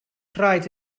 rhaid